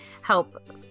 help